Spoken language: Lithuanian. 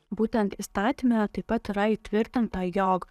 būtent įstatyme taip pat yra įtvirtinta jog